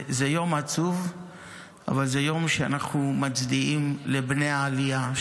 זה יום עצוב אבל זה יום שבו אנחנו מצדיעים לבני העלייה,